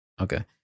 Okay